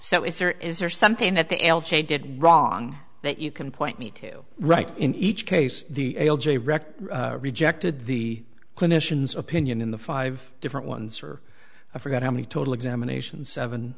so is there is there something that the did wrong that you can point me to right in each case the l g record rejected the clinicians opinion in the five different ones or a forgot how many total examinations seven